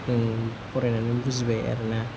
जों फरायनानै बुजिबाय आरो ना